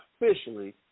officially